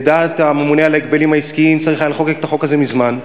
לדעת הממונה על ההגבלים העסקיים צריך היה לחוקק את החוק הזה מזמן,